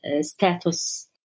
status